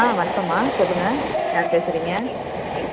ஆ வணக்கம்மா சொல்லுங்கள் யார் பேசுறீங்க